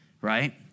right